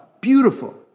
beautiful